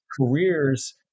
careers